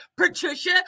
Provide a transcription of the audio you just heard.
Patricia